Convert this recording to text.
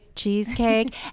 Cheesecake